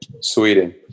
Sweden